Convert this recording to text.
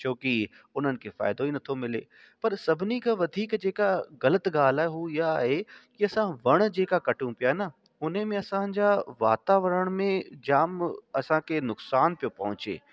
छोकी उन्हनि खे फ़ाइदो ई न थो मिले पर सभिनी खां वधीक जेका ग़लति ॻाल्हि आहे हू इहा आहे की असां वण जेका कटियूं पिया न उन में असांजा वातावरण में जामु असांखे नुक़सान पियो पहुचे